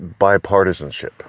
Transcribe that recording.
bipartisanship